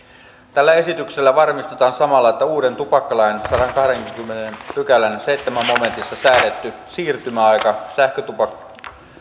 tällä esityksellä varmistetaan samalla että uuden tupakkalain sadannenkahdennenkymmenennen pykälän seitsemännessä momentissa säädetty siirtymäaika sähkösavukkeiden